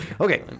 Okay